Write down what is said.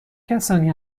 کسانی